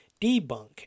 debunk